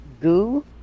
goo